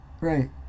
Right